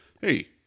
Hey